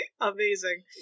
amazing